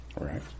Right